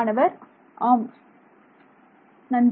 மாணவர் ஆம் நன்று